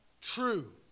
true